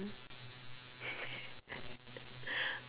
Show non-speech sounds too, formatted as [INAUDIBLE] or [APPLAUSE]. [LAUGHS]